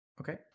okay